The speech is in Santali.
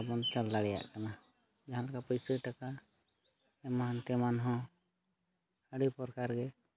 ᱠᱟᱛᱷᱟᱵᱚᱱ ᱪᱟᱞ ᱫᱟᱲᱮᱭᱟᱜ ᱠᱟᱱᱟ ᱡᱟᱦᱟᱸᱞᱮᱠᱟ ᱯᱟᱹᱭᱥᱟᱹᱼᱴᱟᱠᱟ ᱮᱢᱟᱱ ᱛᱮᱢᱟᱱᱦᱚᱸ ᱟᱹᱰᱤ ᱯᱚᱨᱠᱟᱨᱜᱮ